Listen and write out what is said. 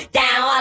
down